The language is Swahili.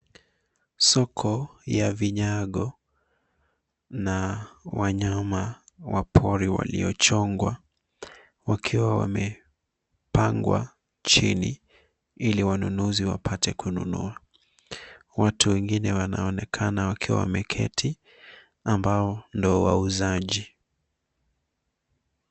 Soko ya vinyago na wanyama wa pori waliochongwa wakiwa wamepangwa chini ili wanunuzi wapate kununua. Watu wengine wanaonekana wakiwa wameketi ambao ndo wauzaji.